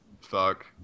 fuck